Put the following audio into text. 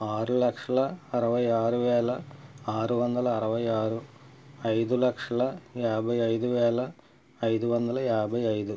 ఆరు లక్షల అరవై ఆరు వేల ఆరు వందల అరవై ఆరు ఐదు లక్షల యాభై ఐదు వేల ఐదు వందల యాభై ఐదు